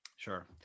Sure